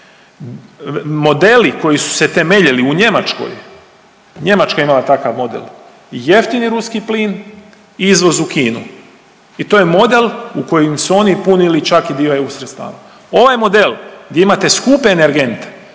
modeli koji su se temeljili u Njemačkoj, Njemačka je imala takav model, jeftini ruski plin i izvoz u Kinu i to je model u kojem su oni punili čak i dio eu sredstava. Ovaj model gdje imate skupe energente,